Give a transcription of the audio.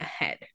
ahead